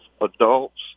adults